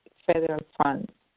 federal funds.